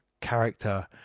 character